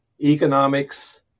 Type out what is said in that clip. economics